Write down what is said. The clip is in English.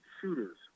shooters